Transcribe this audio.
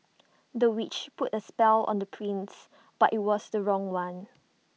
the witch put A spell on the prince but IT was the wrong one